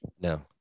No